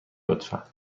لطفا